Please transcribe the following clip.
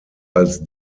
als